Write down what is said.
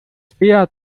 svea